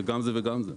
זה גם זה וגם זה.